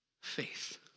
Faith